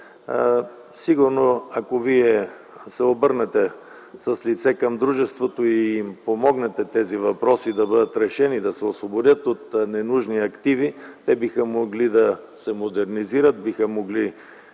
Калофер. Ако Вие се обърнете с лице към дружеството и помогнете тези въпроси да бъдат решени – да се освободят от ненужни активи, те биха могли да се модернизират, биха могли да подобрят